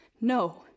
No